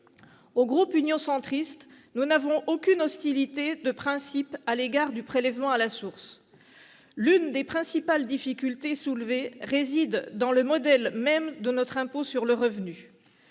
Au groupe Union Centriste, nous n'avons aucune hostilité de principe à l'égard de ce prélèvement. L'une des principales difficultés soulevées réside dans le modèle même de notre impôt sur le revenu.